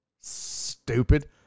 Stupid